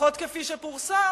לפחות כפי שפורסם,